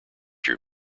your